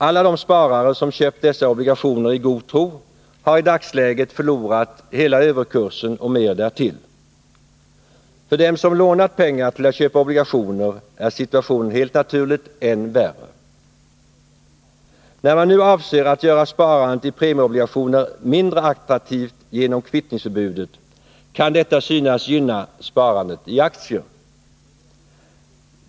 Alla de sparare som köpt dessa obligationer i god tro har i dagsläget förlorat hela överkursen och mer därtill. För dem som lånat pengar för att köpa obligationer är situationen helt naturligt än värre. När man nu avser att göra sparandet i premieobligationer mindre attraktivt genom kvittningsförbudet, kan detta synas gynna sparandet i aktier.